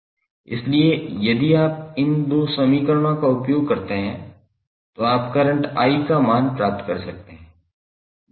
इसलिए यदि आप इन 2 समीकरणों का उपयोग करते हैं तो आप करंट I का मान प्राप्त कर सकते हैं